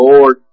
Lord